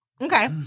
Okay